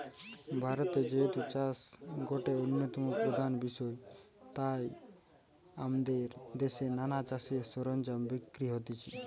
ভারতে যেহেতু চাষ গটে অন্যতম প্রধান বিষয় তাই আমদের দেশে নানা চাষের সরঞ্জাম বিক্রি হতিছে